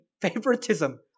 favoritism